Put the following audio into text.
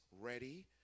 ready